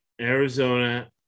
Arizona